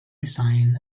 resign